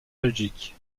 belgique